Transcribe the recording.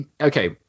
okay